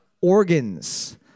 organs